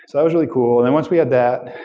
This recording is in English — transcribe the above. that was really cool. and then once we had that,